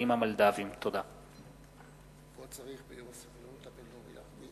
המידע והתקשורת בין ישראל לבין